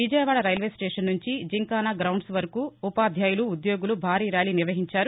విజయవాడలో railway station నుంచి gymkhana grounds వరకు ఉపాధ్యాయులు ఉ ద్యోగులు భారీ ర్యాలీ నిర్వహించారు